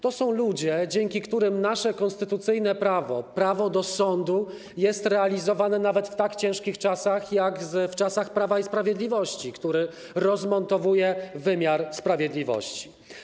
To są ludzie, dzięki którym nasze konstytucyjne prawo, prawo do sądu, jest realizowane nawet w tak ciężkich czasach, jak czasy Prawa i Sprawiedliwości, które rozmontowuje wymiar sprawiedliwości.